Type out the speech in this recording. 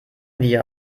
wir